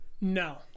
No